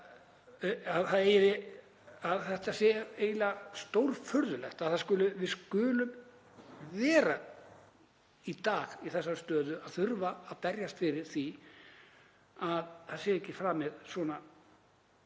— það er eiginlega stórfurðulegt að við skulum vera í dag í þessari stöðu að þurfa að berjast fyrir því að það sé ekki framið svona